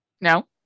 No